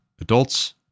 adults